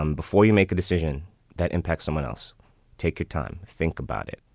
um before you make a decision that impacts someone else take your time. think about it.